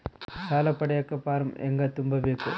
ಸಾಲ ಪಡಿಯಕ ಫಾರಂ ಹೆಂಗ ತುಂಬಬೇಕು?